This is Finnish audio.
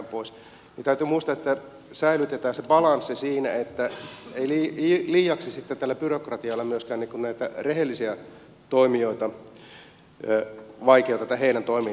täytyy muistaa että säilytetään se balanssi siinä että ei liiaksi tällä byrokratialla myöskään vaikeuteta näiden rehellisten toimijoiden toimintaa